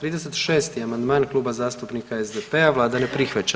36. amandman Kluba zastupnika SDP-a, Vlada ne prihvaća.